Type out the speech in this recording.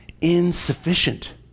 insufficient